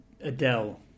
Adele